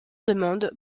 demande